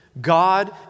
God